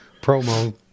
promo